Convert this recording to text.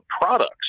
products